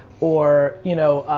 or, you know,